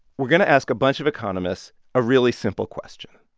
we're going to ask a bunch of economists a really simple question,